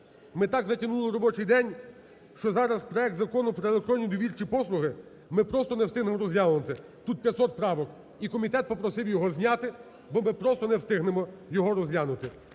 ми так затягнули робочий день, що зараз проект Закону про електронні довірчі послуги ми просто не встигнемо розглянути. Тут 500 правок, і комітет попросив його зняти, бо ми просто не встигнемо його розглянути.